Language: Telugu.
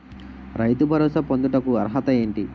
రైతు భరోసా పొందుటకు అర్హత ఏంటి?